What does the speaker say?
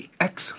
Excellent